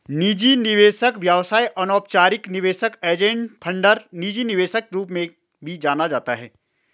निजी निवेशक व्यवसाय अनौपचारिक निवेशक एंजेल फंडर निजी निवेशक रूप में भी जाना जाता है